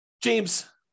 James